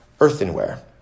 Earthenware